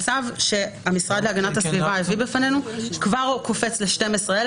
והצו שהמשרד להגנת הסביבה הביא בפנינו כבר קופץ ל-12,000